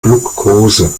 glukose